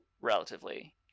relatively